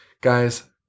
Guys